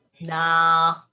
nah